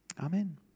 Amen